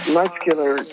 muscular